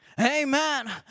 Amen